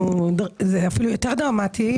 זה אפילו יותר דרמטי.